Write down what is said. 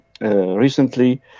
recently